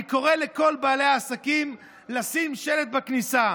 אני קורא לכל בעלי העסקים לשים שלט בכניסה: